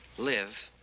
live.